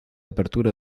apertura